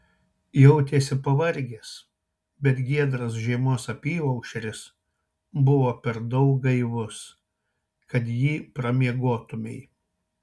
jautėsi pavargęs bet giedras žiemos apyaušris buvo per daug gaivus kad jį pramiegotumei